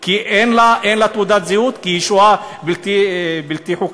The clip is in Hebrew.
כי אין לה תעודת זהות, כי היא שוהה בלתי חוקית?